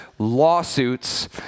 lawsuits